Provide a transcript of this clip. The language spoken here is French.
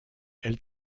elle